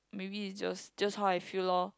maybe it's just just how I feel lor